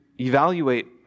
evaluate